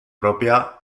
propia